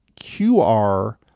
QR